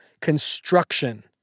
Construction